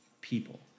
people